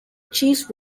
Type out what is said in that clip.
cheese